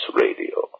radio